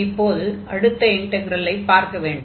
இப்போது அடுத்த இன்டக்ரலை பார்க்க வேண்டும்